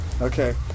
Okay